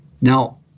now